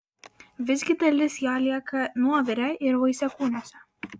visgi dalis jo lieka nuovire ir vaisiakūniuose